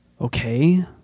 okay